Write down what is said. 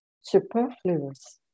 superfluous